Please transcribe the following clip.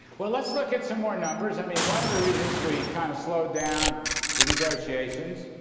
well, let's look at so more numbers. i mean one of the reasons we kind of slowed down the negotiations,